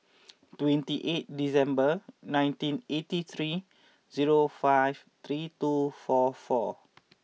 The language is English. twenty eight December nineteen eighty three zero five three two four four